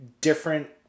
different